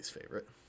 favorite